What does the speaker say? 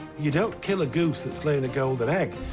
you don't kill a goose that's laying the golden egg.